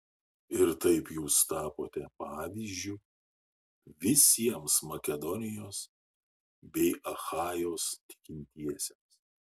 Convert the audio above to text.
ir taip jūs tapote pavyzdžiu visiems makedonijos bei achajos tikintiesiems